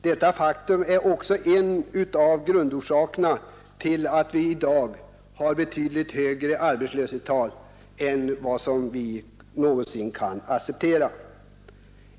Detta faktum är också en av grundorsakerna till att vi måste räkna med högre arbetslöshetssiffror än vi kan acceptera.